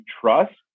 trust